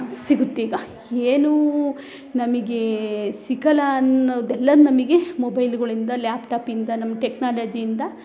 ಸಿಗುತ್ತೀಗ ಏನು ನಮಗೇ ಸಿಗೋಲ್ಲ ಅನ್ನೊದೆಲ್ಲಾ ನಮಗೆ ಮೊಬೈಲ್ಗಳಿಂದ ಲ್ಯಾಪ್ಟಾಪ್ಯಿಂದ ನಮ್ಮ ಟೆಕ್ನಾಲಜಿಯಿಂದ